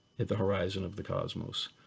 at the horizon of the cosmos.